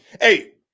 Hey